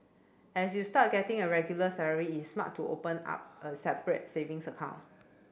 as you start getting a regular salary is smart to open up a separate savings account